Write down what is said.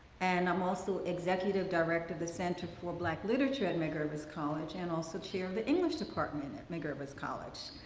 and i'm also executive director of the center for black literature at medgar evers college and also chair of the english department at medgar evers college.